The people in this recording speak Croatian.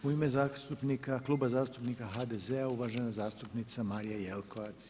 U ime Kluba zastupnika HDZ-a uvažena zastupnica Marija Jelkovac.